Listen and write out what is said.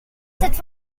cette